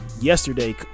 yesterday